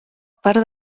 part